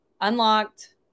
Unlocked